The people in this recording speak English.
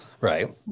Right